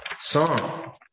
song